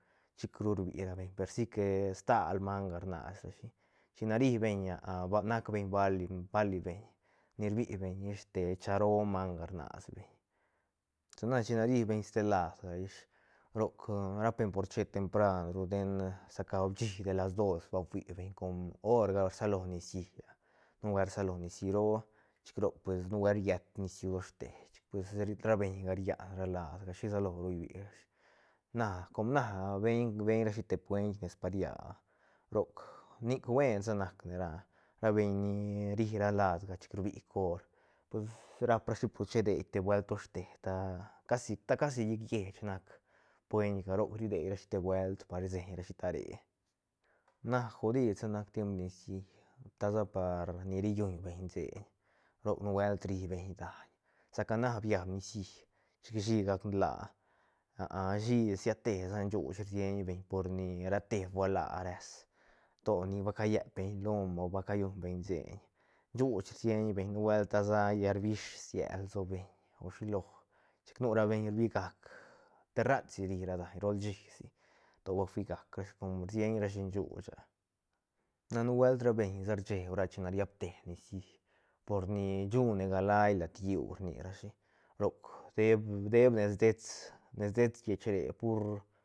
Chic ru rbirabeñ pe si que stal manga rnasrashi chine ribeñ ba racbeñ bali- bali beñ ni rbibeñ ish te cha roo manga rnasbeñ sana chine ribeñ ste laadga ish roc rapbeñ por che tempranru den saca huishi de las dos va fuibeñ com horga rsalo niciía nubuelt ra salo nicií roo chic roc nubuelt riet nisllú doshte pues chic ra beñga rian ra laadga shisalo ru rbirashi na com na beiñ-beiñ rashi te puent nes pa ria roc nic buensa nac nera ra beiñ ni rira ladga chic rbi cor pues raprashi por chidei te buelt doshte ta casi casi llich lleich nac puentga roc ri dei rashi te buelt par rseñrashi ta re na godidsa nac timep nicií ta sa par ni rilluñbeñ seiñ roc nubuelt ribeñ daiñ saca na biad nicií chic shí gac laa shí siate sa shuuch rsieñbeñ por ni rate fua laa res to ni ba callepbeñ lom o va callumbeñ seiñ shuuch rsieñbeñ nu buelt ta sa llal rbish sied lsobeñ o shilo chic nu rabeñ rbigac terratsi ri ra daiñ rol shísi to ba fuigac rashi com rsieñrashi shuuch a na nubuelt ra beñ sa rsheeb ra china riab te nicií por ni rshune ga laí lat lliú rnirashi roc deeb deeb nes dets ne dets lleich re pur.